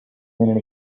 leaning